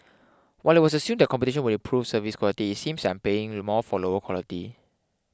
while it was assumed that competition would improve service quality it seems that I'm paying more for lower quality